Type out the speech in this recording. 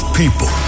people